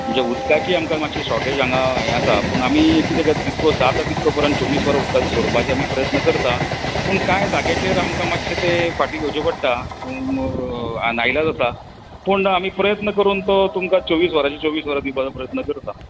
म्हणजे उदकाची आमकां मात्शी शोटेज हांगा हें आसा पूण आमी किदें क कितको जाता तितको परंत चोवीस वरां उदकाचो सोडपाचें आमी प्रयत्न करता पूण कांय जाग्याचेर आमकां मात्शें तें फाटीं घेवचें पडटा नाइलाज आसा पूण आमी प्रयत्न करून तो तुमकां चोवीस वरांचे चोवीस वरां दिवपाचो प्रयत्न करता